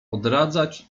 odradzać